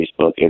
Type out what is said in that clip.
Facebook